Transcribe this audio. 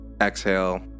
exhale